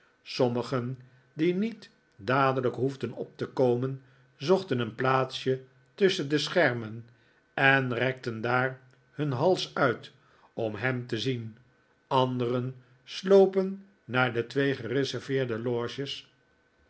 sommigen die niet dadelijk hoefden op te komen zochten een plaatsje tusschen de schermen en rekten daar hun hals uit om hem te zien anderen slopen naar de twee gereserveerde loges